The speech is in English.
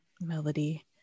melody